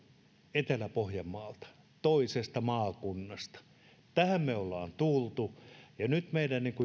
etelä pohjanmaalta toisesta maakunnasta tähän me olemme tulleet nyt meidän